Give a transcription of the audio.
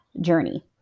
journey